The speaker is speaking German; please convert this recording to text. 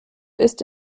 ist